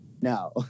no